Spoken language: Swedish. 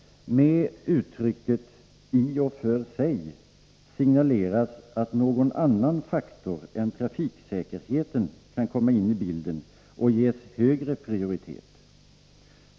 Med uttrycket ”i och för sig” signaleras att någon annan faktor än trafiksäkerheten kan komma in i bilden och ges högre prioritet.